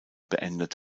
beendet